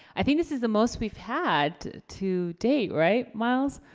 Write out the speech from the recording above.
i think this is the most we've had to date, right miles?